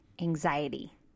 Anxiety